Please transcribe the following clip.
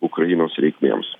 ukrainos reikmėms